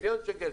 1,000,000 שקל,